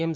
એમ